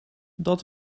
dat